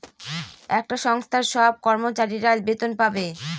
একটা সংস্থার সব কর্মচারীরা বেতন পাবে